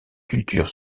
cultures